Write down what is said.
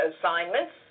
assignments